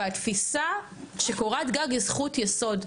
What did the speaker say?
והתפיסה שקורת גג היא זכות יסוד.